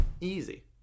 easy